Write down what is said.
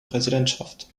präsidentschaft